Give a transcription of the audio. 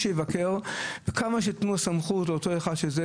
כמה סמכות שתיתנו לאותו אחד,